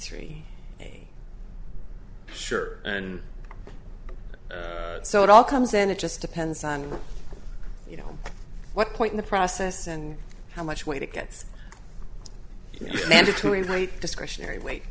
three sure and so it all comes and it just depends on you know what point in the process and how much weight it gets mandatory might discretionary w